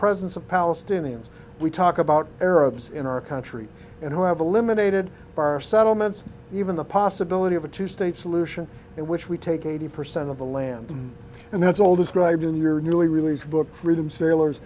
presence of palestinians we talk about arabs in our country and who have eliminated our settlements even the possibility of a two state solution in which we take eighty percent of the land and that's all described in your newly released book freedom sailors